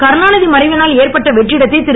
கருணாநிதி மறைவினால் ஏற்பட்ட வெற்றிடத்தை திரு